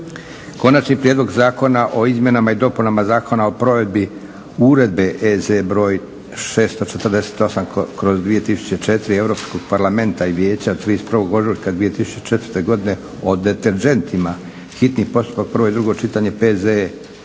Konačni prijedlog Zakona o izmjenama i dopunama Zakona o provedbi Uredbe (EZ) br. 648/2004 Europskoga parlamenta i Vijeća od 31. ožujka 2004. godine o deterdžentima, hitni postupak, prvo i drugo čitanje, P.Z.E.